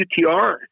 UTR